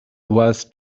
was